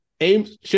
aims